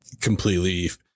completely